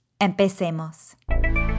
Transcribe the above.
Empecemos